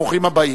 ברוכים הבאים.